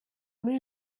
muri